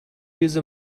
use